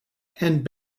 and